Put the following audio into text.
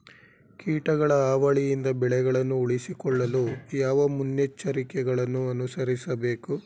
ಕೀಟಗಳ ಹಾವಳಿಯಿಂದ ಬೆಳೆಗಳನ್ನು ಉಳಿಸಿಕೊಳ್ಳಲು ಯಾವ ಮುನ್ನೆಚ್ಚರಿಕೆಗಳನ್ನು ಅನುಸರಿಸಬೇಕು?